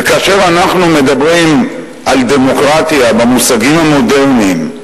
וכאשר אנחנו מדברים על דמוקרטיה במושגים המודרניים,